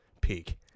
peak